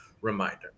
reminder